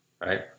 Right